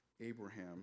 Abraham